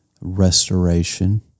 restoration